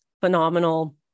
phenomenal